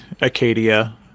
Acadia